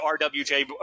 RWJ